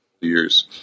years